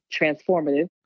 transformative